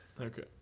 Okay